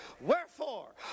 Wherefore